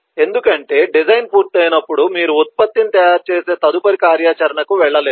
ఎందుకంటే డిజైన్ పూర్తయినప్పుడు మీరు ఉత్పత్తిని తయారుచేసే తదుపరి కార్యాచరణకు వెళ్ళలేరు